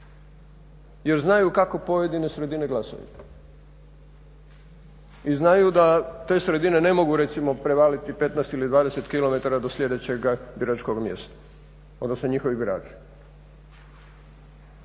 Jer znaju kako pojedine sredine glasuju i znaju da te sredine ne mogu recimo prevaliti recimo 15 ili 20 km do sljedećega biračkoga mjesta, odnosno njihovi birači.